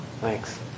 thanks